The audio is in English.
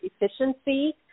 efficiency